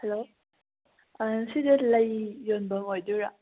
hello ꯑꯥ ꯁꯤꯁꯦ ꯂꯩ ꯌꯣꯟꯐꯝ ꯑꯣꯏꯗꯣꯏꯔꯥ